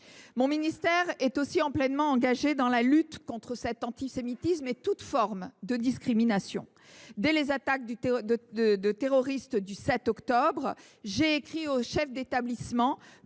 Mon ministère est pleinement engagé dans la lutte contre l’antisémitisme et contre toute forme de discrimination. Dès les attaques terroristes du 7 octobre 2023, j’ai écrit aux chefs d’établissement